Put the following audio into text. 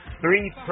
Three